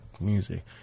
music